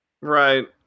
Right